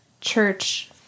church